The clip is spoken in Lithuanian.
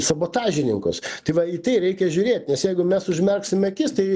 sabotažininkus tai va į tai reikia žiūrėt nes jeigu mes užmerksime akis tai